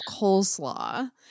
coleslaw